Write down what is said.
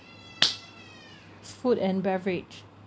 food and beverage